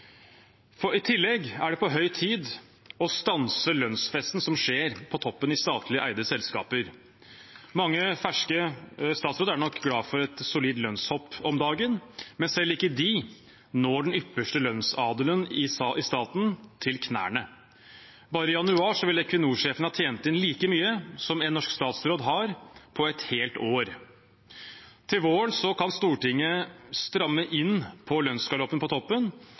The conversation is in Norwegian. I tillegg er det på høy tid å stanse lønnsfesten som skjer på toppen i statlig eide selskaper. Mange ferske statsråder er nok glade for et solid lønnshopp om dagen, men selv ikke de når den ypperste lønnsadelen i staten til knærne. Bare i januar vil Equinor-sjefen ha tjent like mye som en norsk statsråd tjener i løpet av et helt år. Til våren kan Stortinget stramme inn lønnsgaloppen på toppen